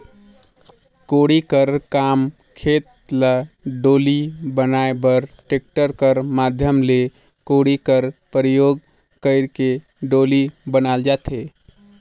कोड़ी कर काम खेत ल डोली बनाए बर टेक्टर कर माध्यम ले कोड़ी कर परियोग कइर के डोली बनाल जाथे